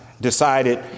decided